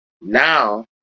Now